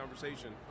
conversation